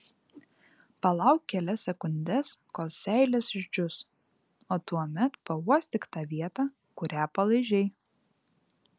palauk kelias sekundes kol seilės išdžius o tuomet pauostyk tą vietą kurią palaižei